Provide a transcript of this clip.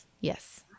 yes